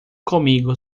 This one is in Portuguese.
comigo